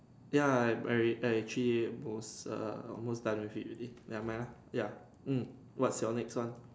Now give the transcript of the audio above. ya I I actually both almost done with it already never mind ah ya what's your name try